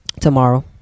Tomorrow